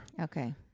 Okay